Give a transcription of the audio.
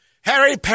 Harry